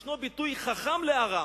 יש ביטוי, חכם להרע.